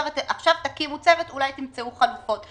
עכשיו תקימו צוות, אולי תמצאו חלופות.